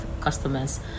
customers